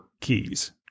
keys